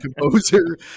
composer